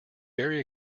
very